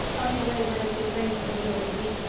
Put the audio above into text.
uncle abe predicted rain for the middle of the week,